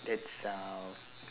that's uh